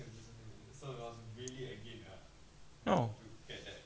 oh